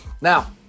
Now